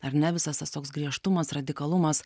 ar ne visas tas toks griežtumas radikalumas